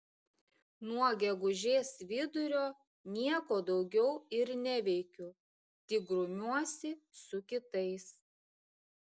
nuo gegužės vidurio nieko daugiau ir neveikiu tik grumiuosi su kitais